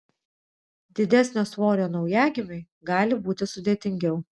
didesnio svorio naujagimiui gali būti sudėtingiau